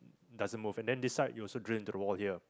doesn't move and then this side you also drill into the wall here